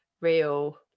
real